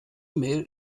mail